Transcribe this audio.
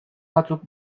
batzuk